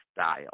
style